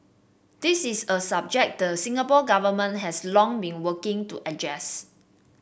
this is a subject the Singapore Government has long been working to address